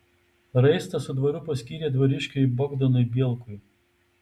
raistą su dvaru paskyrė dvariškiui bogdanui bielkui